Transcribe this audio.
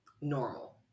Normal